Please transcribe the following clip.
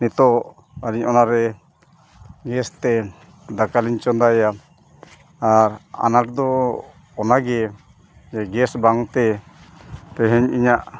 ᱱᱤᱛᱳᱜ ᱟᱹᱞᱤᱧ ᱚᱱᱟᱨᱮ ᱜᱮᱥᱛᱮ ᱫᱟᱠᱟᱞᱤᱧ ᱪᱚᱸᱫᱟᱭᱟ ᱟᱨ ᱟᱱᱟᱴ ᱫᱚ ᱚᱱᱟᱜᱮ ᱡᱮ ᱜᱮᱥ ᱵᱟᱝᱛᱮ ᱛᱮᱦᱮᱧ ᱤᱧᱟᱹᱜ